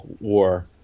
war